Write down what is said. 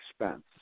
expense